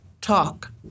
talk